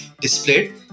displayed